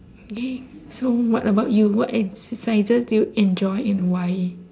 !yay! so what about you what exercises do you enjoy and why